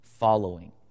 following